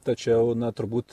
tačiau na turbūt